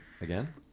again